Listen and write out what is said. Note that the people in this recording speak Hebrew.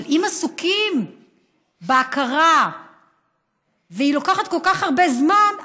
אבל אם עסוקים בהכרה והיא לוקחת כל כך הרבה זמן,